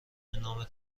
نام